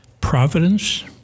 providence